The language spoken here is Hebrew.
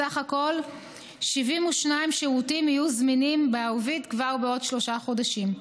בסך הכול 72 שירותים יהיו זמינים בערבית כבר בעוד שלושה חודשים.